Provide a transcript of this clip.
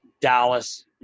Dallas